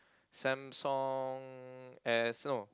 Samsung S no